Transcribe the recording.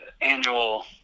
annual